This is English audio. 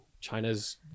China's